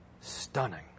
Stunning